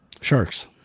Sharks